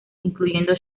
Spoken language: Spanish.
incluyendo